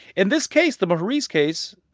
and this case, the mohriez case,